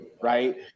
right